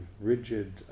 rigid